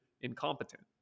incompetent